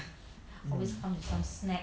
mm